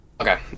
Okay